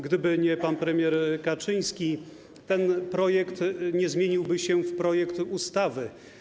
Gdyby nie pan premier Kaczyński, ten projekt nie zmieniłby się w projekt ustawy.